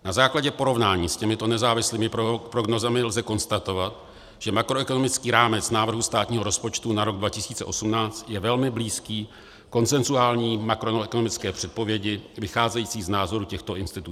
Na základě porovnání s těmito nezávislými prognózami lze konstatovat, že makroekonomický rámec návrhu státního rozpočtu na rok 2018 je velmi blízký konsenzuální makroekonomické předpovědi vycházející z názoru těchto institucí.